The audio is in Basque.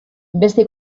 beste